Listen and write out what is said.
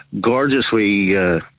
gorgeously